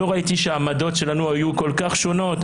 לא ראיתי שהעמדות שלנו היו כל כך שונות,